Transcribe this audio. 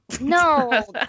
No